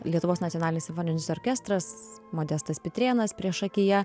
lietuvos nacionalinis simfoninis orkestras modestas pitrėnas priešakyje